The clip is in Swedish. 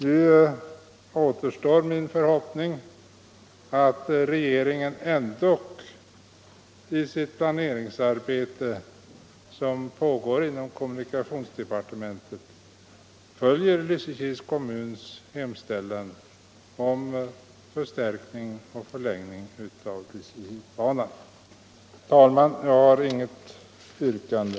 Nu kvarstår min förhoppning att regeringen ändå i det planeringsarbete som pågår inom kommunikationsdepartementet följer Lysekils kommuns hemställan om förstärkning och förlängning av Lysekilsbanan. : Herr talman! Jag har inget vrkande.